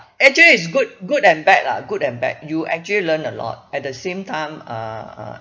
actually is good good and bad lah good and bad you actually learn a lot at the same time uh uh